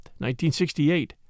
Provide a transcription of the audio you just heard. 1968